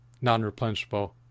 non-replenishable